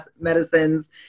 medicines